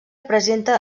presenta